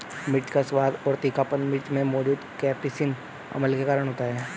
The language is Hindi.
मिर्च का स्वाद और तीखापन मिर्च में मौजूद कप्सिसिन अम्ल के कारण होता है